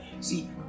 See